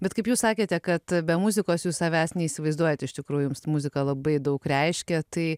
bet kaip jūs sakėte kad be muzikos jūs savęs neįsivaizduojat iš tikrųjų jums muzika labai daug reiškia tai